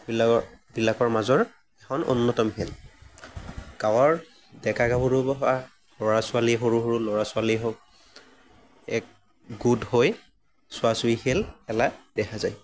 বিলাক বিলাকৰ মাজৰ এখন অন্যতম খেল গাঁৱৰ ডেকা গাভৰু বা ল'ৰা ছোৱালী সৰু সৰু ল'ৰা ছোৱালী হওক এক গোট হৈ চুৱা চুৱি খেল খেলা দেখা যায়